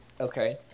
Okay